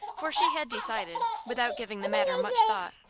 for she had decided, without giving the matter much thought,